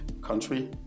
country